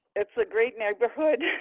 it's a great neighborhood.